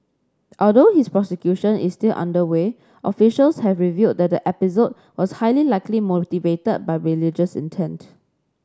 although his prosecution is still underway officials have revealed that the episode was highly likely motivated by religious intent